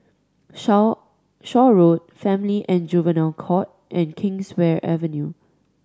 Shaw Shaw Road Family and Juvenile Court and Kingswear Avenue